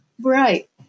Right